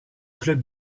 club